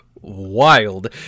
wild